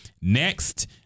Next